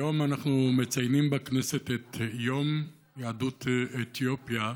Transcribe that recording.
היום אנחנו מציינים בכנסת את יום יהדות אתיופיה.